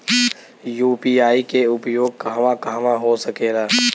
UPI के उपयोग कहवा कहवा हो सकेला?